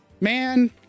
Man